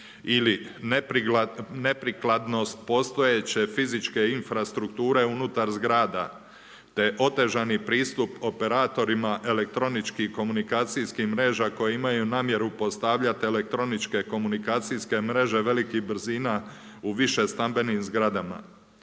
ili neprikladnost postojeće fizičke infrastrukture unutar zgrada te otežani pristup operatorima elektronički komunikacijskih mreža koji imaju namjeru postavljati elektroničke komunikacijske mreže velikih brzina u više stambenim zgradama.